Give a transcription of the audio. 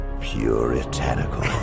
Puritanical